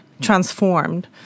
transformed